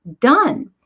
done